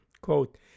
quote